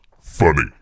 funny